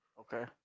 Okay